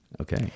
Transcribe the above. Okay